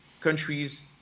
countries